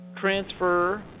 transfer